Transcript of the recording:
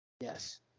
Yes